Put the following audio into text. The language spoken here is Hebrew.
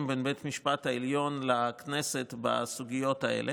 בין בית המשפט העליון לכנסת בסוגיות האלה.